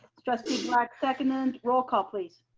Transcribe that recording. trustee black seconded. roll call please.